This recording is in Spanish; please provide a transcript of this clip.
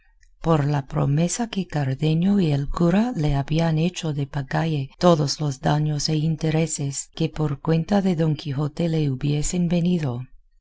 por la promesa que cardenio y el cura le habían hecho de pagalle todos los daños e intereses que por cuenta de don quijote le hubiesen venido